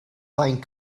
find